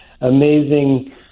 amazing